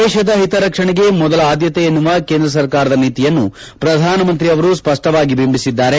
ದೇಶದ ಹಿತರಕ್ಷಣೆಗೆ ಮೊದಲ ಆದ್ಯತೆ ಎನ್ನುವ ಕೇಂದ್ರ ಸರ್ಕಾರದ ನೀತಿಯನ್ನು ಪ್ರಧಾನಮಂತ್ರಿ ಅವರು ಸ್ವಡ್ಡವಾಗಿ ಬಿಂಬಿಸಿದ್ದಾರೆ